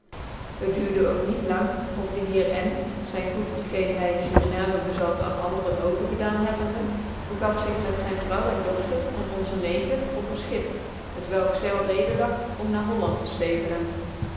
het duurde ook niet lang of dc hccrn zyn goed t geen hy in suriname bezat aan anderen overgedaan hebbende begaf zig met zyn vrouw en dochter en onze neger op een schip t welk zeilrede lag om naa holland te ftcvencn